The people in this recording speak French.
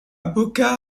boca